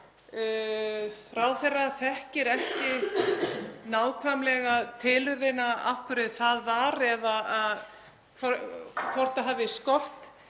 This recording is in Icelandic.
Ráðherra þekkir ekki nákvæmlega tilurðina, af hverju það var eða hvort það hafi skort